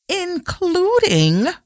including